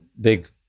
big